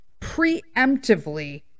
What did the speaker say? preemptively